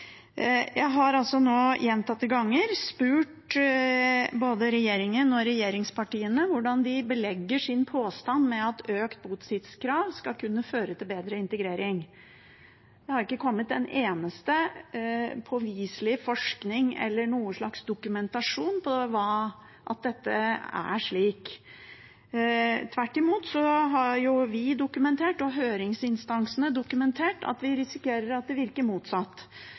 Jeg har nå, gjentatte ganger, spurt både regjeringen og regjeringspartiene hvordan de belegger sin påstand om at økt botidskrav skal kunne føre til bedre integrering. Det har ikke kommet noe påviselig forskning eller noe slags dokumentasjon på at det er slik. Tvert imot. Vi har dokumentert, og høringsinstansene har dokumentert, at vi risikerer at det virker motsatt.